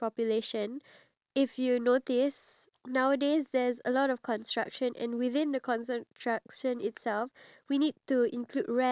population being an older generation then we need to include the lift which means more investment more money being taken out